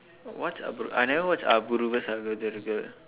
what's அபூர்:apuur I never watch Apoorva Sagodharargal sakoothararkal